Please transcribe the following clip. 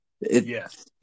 Yes